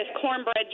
cornbread